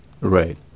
Right